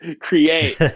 create